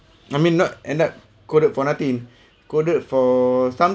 I mean not end up coded for nothing coded for some